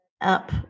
up